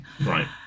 right